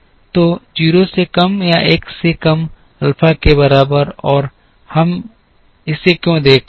तो 0 से कम या 1 से कम अल्फा के बराबर है और हम इसे क्यों देख रहे हैं